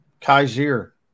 Kaiser